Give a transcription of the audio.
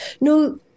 No